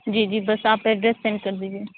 جی جی بس آپ ایڈریس سینڈ کر دیجیے